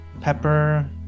pepper